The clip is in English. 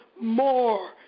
more